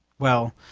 well,